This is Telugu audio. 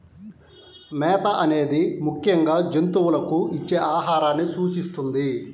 మేత అనేది ముఖ్యంగా జంతువులకు ఇచ్చే ఆహారాన్ని సూచిస్తుంది